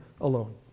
alone